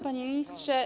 Panie Ministrze!